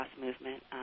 movement